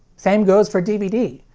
same goes for dvd.